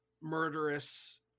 murderous